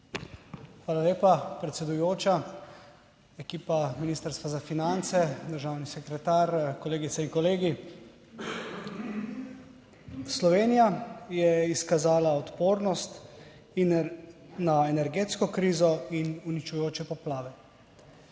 Hvala lepa, predsedujoča. Ekipa Ministrstva za finance, državni sekretar, kolegice in kolegi! Slovenija je izkazala odpornost in na energetsko krizo in uničujoče poplave.